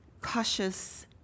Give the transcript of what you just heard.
cautious